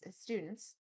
students